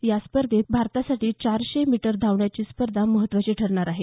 या स्पर्धेत भारतासाठी चारशे मीटर धावण्याची स्पर्धा महत्त्वाची ठरणार आहे